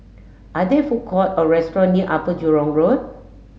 are there food court or restaurant near Upper Jurong Road